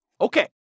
Okay